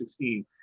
2016